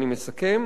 אני מסכם.